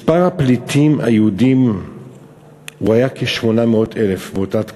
מספר הפליטים היהודים היה כ-800,000 באותה תקופה.